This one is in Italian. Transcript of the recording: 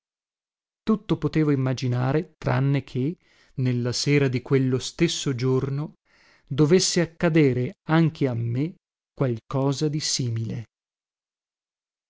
tutto potevo immaginare tranne che nella sera di quello stesso giorno dovesse accadere anche a me qualcosa di simile